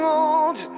old